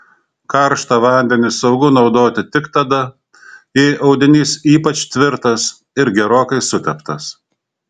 karštą vandenį saugu naudoti tik tada jei audinys ypač tvirtas ir gerokai suteptas